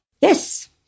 Yes